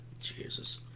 Jesus